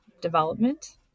development